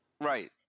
Right